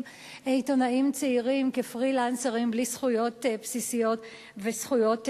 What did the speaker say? עיתונאים צעירים כפרילנסרים בלי זכויות בסיסיות וזכויות מינימליות.